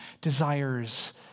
desires